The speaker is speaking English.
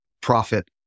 profit